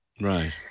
Right